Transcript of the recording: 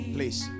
Please